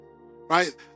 Right